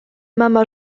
mama